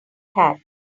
hat